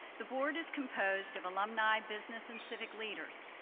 the board is composed of alumni business and civic leaders.